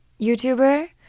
YouTuber